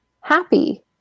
happy